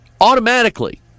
Automatically